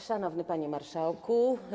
Szanowny Panie Marszałku!